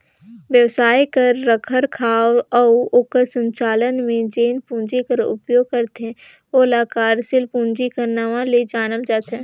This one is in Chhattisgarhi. बेवसाय कर रखरखाव अउ ओकर संचालन में जेन पूंजी कर उपयोग करथे ओला कारसील पूंजी कर नांव ले जानल जाथे